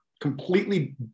completely